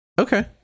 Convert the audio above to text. Okay